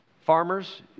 Farmers